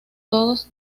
todos